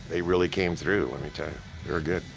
they really came through, let me tell you. they were good.